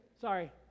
sorry